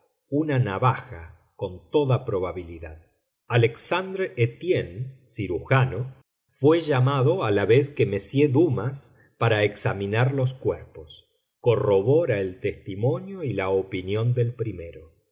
una navaja con toda probabilidad alexandre étienne cirujano fué llamado a la vez que m dumas para examinar los cuerpos corrobora el testimonio y la opinión del primero